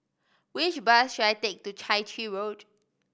which bus should I take to Chai Chee Road